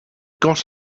got